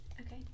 Okay